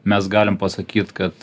mes galim pasakyt kad